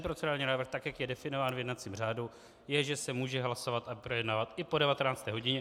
Procedurální návrh, jak je definován v jednacím řádu, je, že se může hlasovat a projednávat i po 19. hodině.